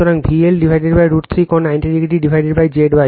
সুতরাং VL√ 3 কোণ 90oZy